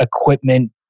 equipment